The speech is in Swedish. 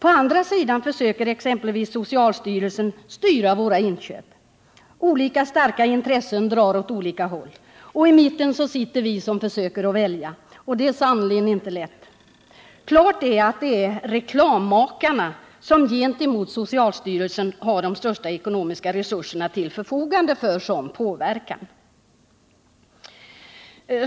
Å andra sidan försöker exempelvis socialstyrelsen styra våra inköp. Olika starka intressen drar åt olika håll, och i mitten sitter vi som försöker välja, och det är sannerligen inte lätt. Klart är att det är reklammakarna och inte socialstyrelsen som har de största ekonomiska resurserna till förfogande för konsumentpåverkan.